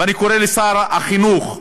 ואני קורא לשר החינוך: